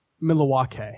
Milwaukee